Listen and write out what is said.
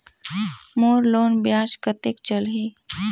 मोर loan ब्याज कतेक चलही?